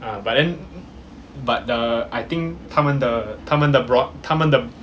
ah but then but the I think 他们的他们的 broad 他们的